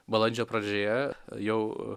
balandžio pradžioje jau